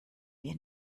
wir